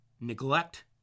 neglect